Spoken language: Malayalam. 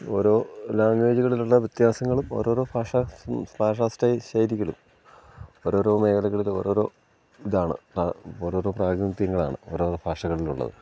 ഓരോ ലാംഗ്വേജുകളിലുള്ള വ്യത്യാസങ്ങളും ഓരോരോ ഭാഷ ഭാഷാ സ്റ്റൈ ശൈലികളും ഓരോരോ മേഖലകളിലും ഓരോരോ ഇതാണ് ഓരോരോ പ്രാനിനിധ്യയങ്ങളാണ് ഓരോരോ ഭാഷകളിലുള്ളത്